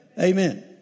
Amen